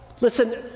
listen